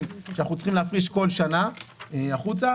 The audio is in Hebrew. שאנחנו צריכים להפריש כל שנה החוצה.